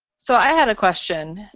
so i have a question.